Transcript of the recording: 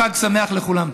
חג שמח לכולם.